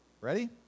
Ready